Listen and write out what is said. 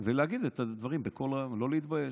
במקומם ולהגיד את הדברים בקול רם, לא להתבייש.